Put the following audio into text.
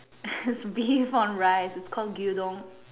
it's beef on rice it's called Gyu-don